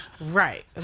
Right